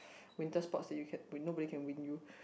winter sports that you can when nobody can win you